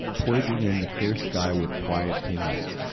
poising in the clear sky with quiet pinions.